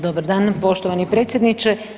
Dobar dan poštovani predsjedniče.